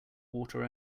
water